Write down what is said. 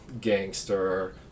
gangster